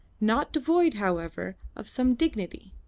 not devoid, however, of some dignity.